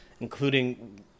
including